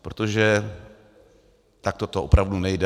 Protože takto to opravdu nejde.